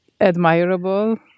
admirable